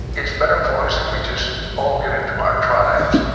it's better for us if we just all get into our tribes.